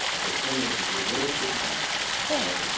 so singers will do a virtual so mode,